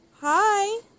Hi